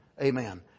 Amen